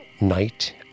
night